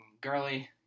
girly